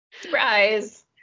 Surprise